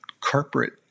corporate